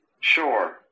sure